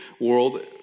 world